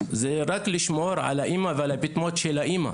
זה רק לשמור על האמא והפטמות של האמא.